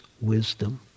wisdom